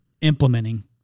implementing